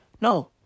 No